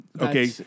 Okay